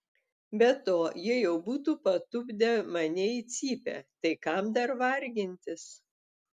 be to jie jau būtų patupdę mane į cypę tai kam dar vargintis